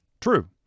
True